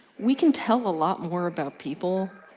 we can tell a lot more about people,